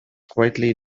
quietly